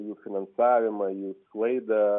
jų finansavimą jų sklaidą